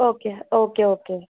okay okay okay